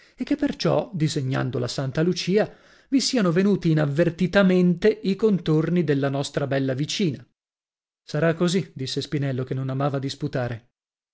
e che perciò disegnando la santa lucia vi siano venuti inavvertitamente i contorni della nostra bella vicina sarà così disse spinello che non amava disputare